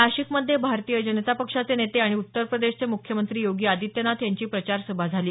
नाशिकमध्ये भारतीय जनता पक्षाचे नेते आणि उत्तर प्रदेशचे मुख्यमंत्री योगी आदित्यनाथ यांची प्रचार सभा झाली